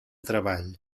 treball